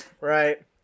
Right